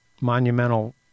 monumental